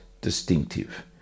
distinctive